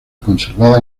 conservada